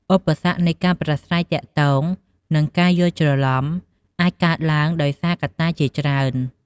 ឧបសគ្គនៃការប្រាស្រ័យទាក់ទង និងការយល់ច្រឡំ អាចកើតឡើងដោយសារកត្តាជាច្រើន។